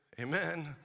Amen